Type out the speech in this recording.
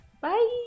bye